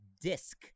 disc